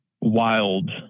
wild